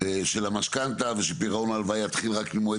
של המשכנתא ושפירעון ההלוואה יתחיל רק ממועד